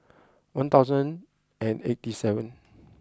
one thousand and eighty seven